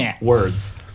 words